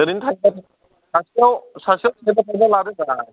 ओरैनोथ' सासेयाव सासेयाव थाइबा थाइबा लादोब्रा